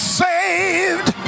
saved